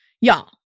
Y'all